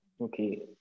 okay